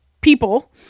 people